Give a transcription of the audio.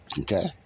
Okay